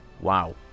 wow